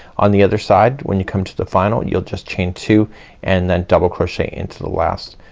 on the other side when you come to the final you'll just chain two and then double crochet into the last